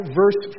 verse